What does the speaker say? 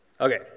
Okay